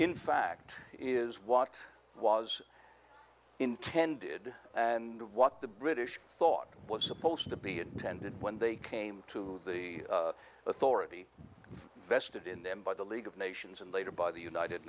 in fact is what was intended and what the british thought was supposed to be intended when they came to the authority vested in them by the league of nations and later by the united